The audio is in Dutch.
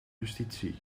justitie